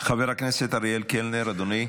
חבר הכנסת אריאל קלנר, אדוני,